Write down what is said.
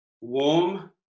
warm